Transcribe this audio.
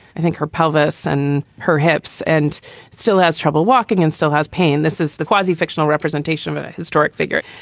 i think, her pelvis and her hips and still has trouble walking and still has pain. this is the quasi fictional representation of of a historic figure.